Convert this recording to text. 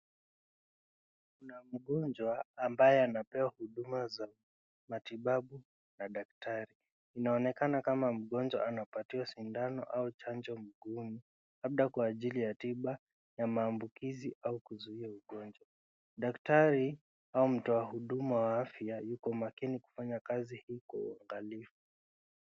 Kuna mngojwa ambaye anapewa huduma za matibabu na daktari, inaonekana kama mngonjwa anapatiwa sidano au chanjo mkuuni labda kwa ajili ya tiba ya maambukizi au kuzuia ugonjwa. Daktari au mtu wa huduma wa afya yuko makini kufanya kazi hii kwa uangalifu.